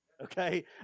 okay